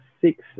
six